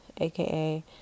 aka